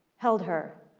held her,